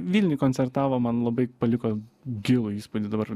vilniuj koncertavo man labai paliko gilų įspūdį dabar